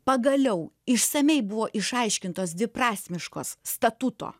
pagaliau išsamiai buvo išaiškintos dviprasmiškos statuto